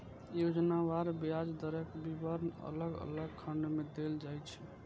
योजनावार ब्याज दरक विवरण अलग अलग खंड मे देल जाइ छै